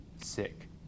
sick